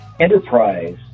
enterprise